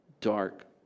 dark